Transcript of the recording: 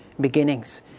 beginnings